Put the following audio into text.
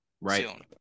right